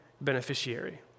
beneficiary